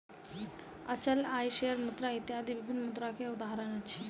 अचल आय, शेयर मुद्रा इत्यादि विभिन्न मुद्रा के उदाहरण अछि